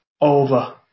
over